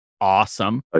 Awesome